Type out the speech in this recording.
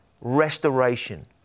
restoration